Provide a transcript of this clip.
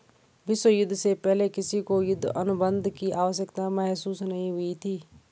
विश्व युद्ध से पहले किसी को युद्ध अनुबंध की आवश्यकता महसूस नहीं हुई थी